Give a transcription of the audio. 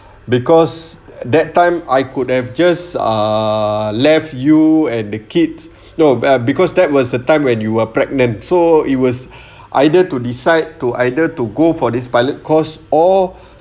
because that time I could have just ah left you and the kids no ah because that was the time when you were pregnant so it was either to decide to either to go for this pilot course or